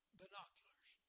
binoculars